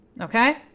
Okay